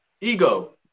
ego